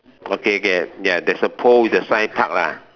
okay okay ya there's a pole with the sign park lah